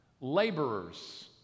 laborers